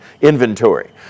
inventory